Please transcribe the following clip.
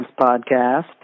Podcast